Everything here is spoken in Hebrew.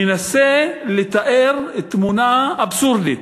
מנסה לתאר תמונה אבסורדית.